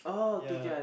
ya